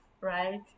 right